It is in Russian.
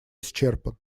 исчерпан